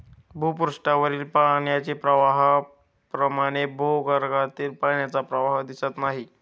भूपृष्ठावरील पाण्याच्या प्रवाहाप्रमाणे भूगर्भातील पाण्याचा प्रवाह दिसत नाही